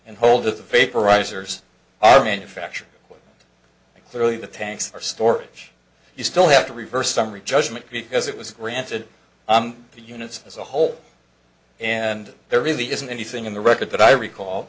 authors are manufactured and clearly the tanks are storage you still have to reverse summary judgment because it was granted the units as a whole and there really isn't anything in the record that i recall